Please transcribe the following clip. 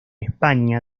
españa